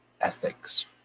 ethics